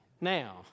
now